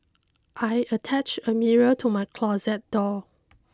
I attach a mirror to my closet door